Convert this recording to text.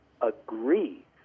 agree